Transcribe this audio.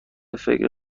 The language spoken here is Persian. فکر